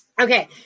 Okay